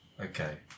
Okay